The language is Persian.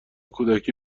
کودکی